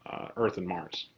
earth, and mars.